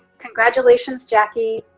congratulations jackie,